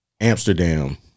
Amsterdam